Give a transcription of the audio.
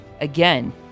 again